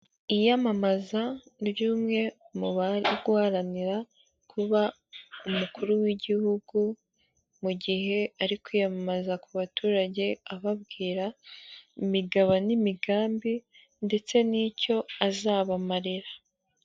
Iyamamaza ry'umwe, mu bari guharanira kuba umukuru w'igihugu, mu gihe ari kwiyamamaza ku baturage, ababwira imigagabo n'imigambi, ndetse n'icyo azabamarira.